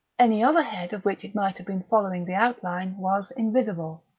any other head of which it might have been following the outline was invisible.